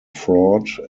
fraud